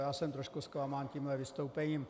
Já jsem trošku zklamán tímto vystoupením.